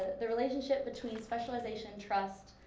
the relationship between specialization, trust,